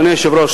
אדוני היושב-ראש,